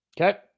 Okay